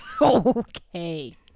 okay